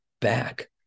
back